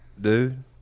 dude